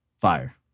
fire